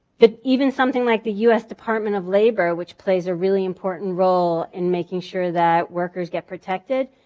that even something like the us department of labor which plays a really important role in making sure that workers get protected,